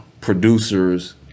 producers